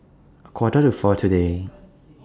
A Quarter to four today